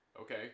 Okay